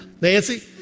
Nancy